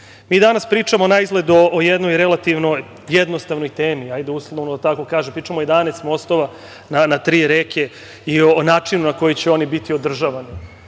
danas pričamo na izgled o jednoj relativnoj, jednostavnoj temi, hajde uslovno da tako kažem, pričam o 11 mostova na tri reke i o načinu na koji će oni biti održavani.